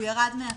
הוא ירד מהפרק.